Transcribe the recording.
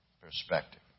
perspective